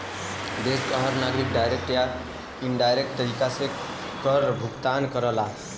देश क हर नागरिक डायरेक्ट या इनडायरेक्ट तरीके से कर काभुगतान करला